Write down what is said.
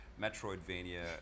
Metroidvania